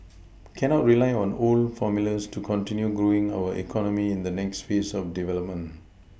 cannot rely on old formulas to continue growing our economy in the next phase of development